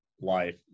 life